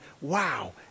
wow